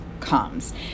comes